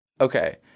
Okay